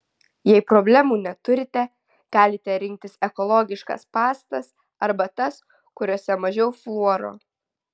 jei problemų neturite galite rinktis ekologiškas pastas arba tas kuriose mažiau fluoro